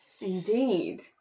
Indeed